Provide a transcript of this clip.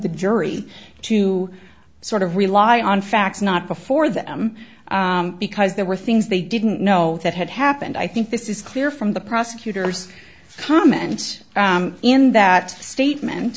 the yury to sort of rely on facts not before them because there were things they didn't know that had happened i think this is clear from the prosecutor's comments in that statement